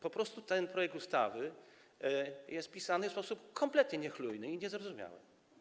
Po prostu ten projektu ustawy jest napisany w sposób kompletnie niechlujny i niezrozumiały.